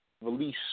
release